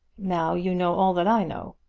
now you know all that i know.